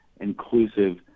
inclusive